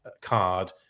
card